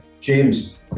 James